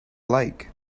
like